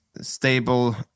stable